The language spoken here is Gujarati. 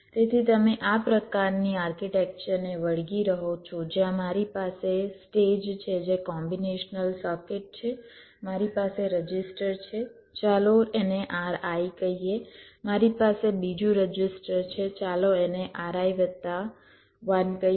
તેથી તમે આ પ્રકારની આર્કિટેક્ચરને વળગી રહો છો જ્યાં મારી પાસે સ્ટેજ છે જે કોમ્બીનેશનલ સર્કિટ છે મારી પાસે રજિસ્ટર છે ચાલો એને Ri કહીએ મારી પાસે બીજું રજિસ્ટર છે ચાલો એને Ri વત્તા 1 કહીએ